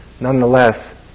Nonetheless